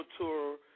tour